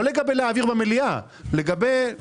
לא לגבי העברה במליאה אלא לגבי העברה בוועדה.